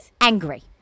angry